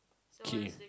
key